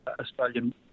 Australian